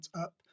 up